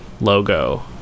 logo